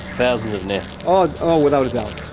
thousands of nests? ah oh without a doubt.